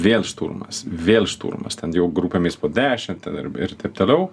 vėl šturmas vėl šturmas ten jau grupėmis po dešim ten ir taip toliau